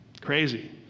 Crazy